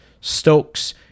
Stokes